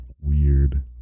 weird